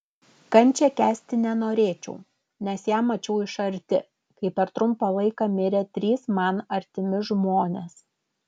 kančią kęsti nenorėčiau nes ją mačiau iš arti kai per trumpą laiką mirė trys man artimi žmonės